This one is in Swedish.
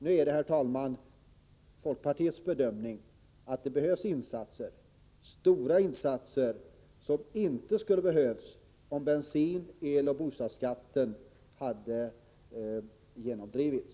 Nu är det, herr talman, folkpartiets bedömning att det behövs insatser, stora insatser, som ej skulle behövts om bensin-, eloch bostadsskatten inte hade genomdrivits.